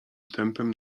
tempem